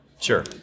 Sure